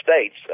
States